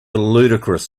ludicrous